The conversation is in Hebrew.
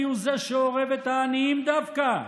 מי הוא שאורב לעניים דווקא?